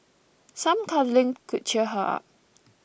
some cuddling could cheer her up